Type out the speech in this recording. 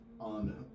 on